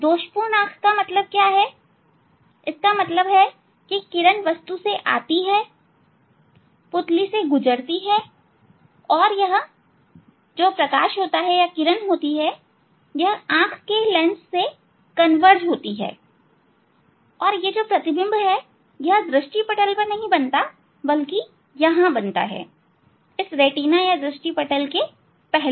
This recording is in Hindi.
दोषपूर्ण आंख का मतलब यह होता है कि किरण वस्तु से आती है और पुतली से गुजरती है और यह प्रकाश आंख के लेंस से कन्वर्ज होता है और यह प्रतिबिंब दृष्टि पटल पर नहीं बनता है यह यहां बनता है दृष्टि पटल या रेटिना के पहले